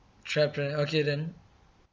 chaperon okay then